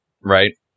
right